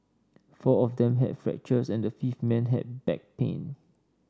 four of them had fractures and the fifth man had back pain